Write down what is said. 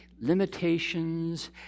limitations